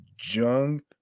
Jung